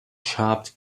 chopped